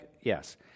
yes